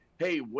hey